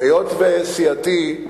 היות שסיעתי,